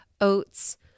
oats